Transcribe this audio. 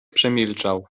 przemilczał